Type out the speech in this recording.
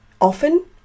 often